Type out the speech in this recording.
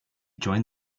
joined